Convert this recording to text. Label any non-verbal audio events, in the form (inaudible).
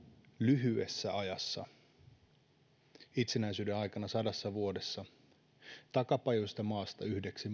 lyhyessä ajassa itsenäisyyden aikana sadassa vuodessa takapajuisesta maasta yhdeksi (unintelligible)